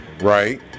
Right